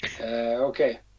okay